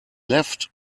left